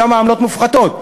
שם העמלות מופחתות.